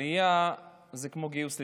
עלייה זה כמו גיוס לצה"ל,